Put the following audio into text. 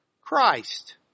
Christ